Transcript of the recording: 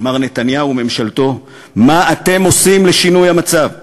מר נתניהו וממשלתו: מה אתם עושים לשינוי המצב?